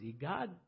God